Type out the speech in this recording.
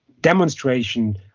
demonstration